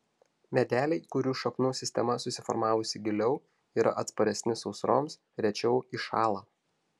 medeliai kurių šaknų sistema susiformavusi giliau yra atsparesni sausroms rečiau iššąla